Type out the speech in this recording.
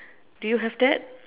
do you have that